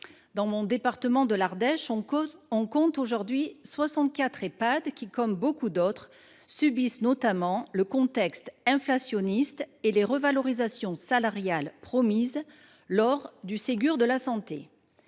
Dans le département de l’Ardèche, on compte aujourd’hui 64 Ehpad, qui, comme beaucoup d’autres, subissent notamment le contexte inflationniste et les revalorisations salariales promises lors du Ségur de la santé.